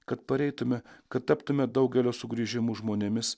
kad pareitume kad taptume daugelio sugrįžimų žmonėmis